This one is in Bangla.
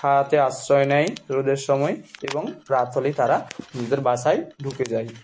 ছায়াতে আশ্রয় নেয় রোদের সময় এবং রাত হলেই তারা নিজেদের বাসায় ঢুকে যাই